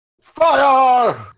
Fire